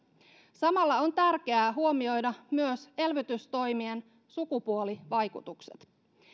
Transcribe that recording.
samalla on tärkeää huomioida myös elvytystoimien sukupuolivaikutukset